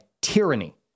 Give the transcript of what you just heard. tyranny